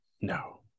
No